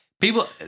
People